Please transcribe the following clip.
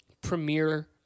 premier